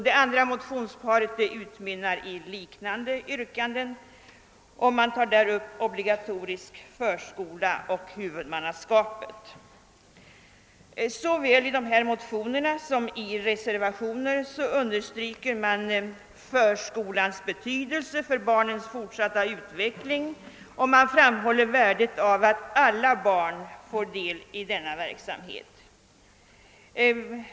Det andra motionsparet utmynnar i liknande yrkanden, och man tar där upp frågorna om obligatorisk förskola och huvudmannaskapet. Såväl i motionerna som i reservationen understryks förskolans betydelse för barnens fortsatta utveckling, och värdet av att alla barn får del av denna verksamhet framhålles.